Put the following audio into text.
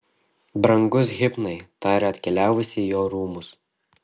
brangus hipnai tarė atkeliavusi į jo rūmus